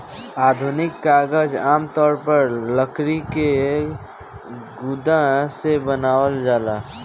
आधुनिक कागज आमतौर पर लकड़ी के गुदा से बनावल जाला